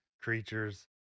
creatures